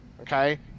okay